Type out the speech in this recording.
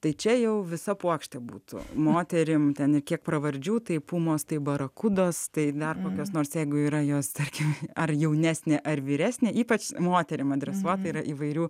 tai čia jau visa puokštė būtų moterims ten kiek pravardžių tai pumos tai barakudos tai dar kas nors jeigu yra jos tarkim ar jaunesnė ar vyresnė ypač moterims adresuoti yra įvairių